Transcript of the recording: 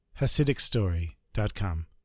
HasidicStory.com